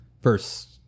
first